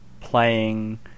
playing